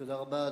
תודה רבה.